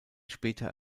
später